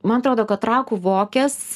man atrodo kad trakų vokės